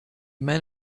men